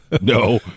no